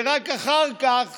ורק אחר כך